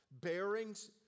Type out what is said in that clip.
bearings